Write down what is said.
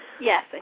Yes